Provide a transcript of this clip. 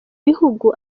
bihugu